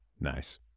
Nice